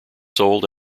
sold